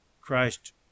Christ